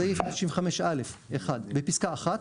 בסעיף 165(א) (1) בפסקה (1),